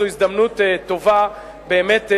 שזוהי הזדמנות טובה באמת,